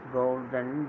golden